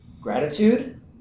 gratitude